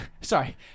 sorry